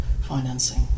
financing